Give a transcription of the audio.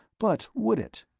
but would it?